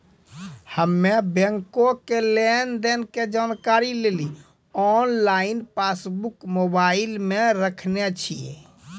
हम्मे बैंको के लेन देन के जानकारी लेली आनलाइन पासबुक मोबाइले मे राखने छिए